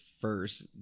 first